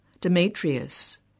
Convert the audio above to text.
Demetrius